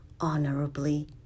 honorably